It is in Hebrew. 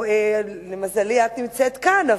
למזלי את נמצאת כאן,